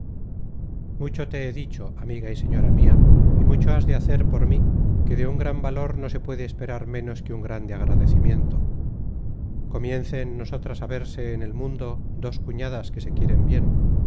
mucho te he dicho amiga y señora mia y mucho has de hacer por mí que de un gran valor no se puede esperar ménos que un grande agradecimiento comience en nosotras á verse en el mundo dos cuñadas que se quieren bien